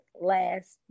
last